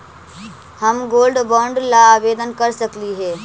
हम gold bond ला आवेदन कर सकली हे?